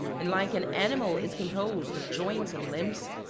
and like an animal is composed of joints and limbs,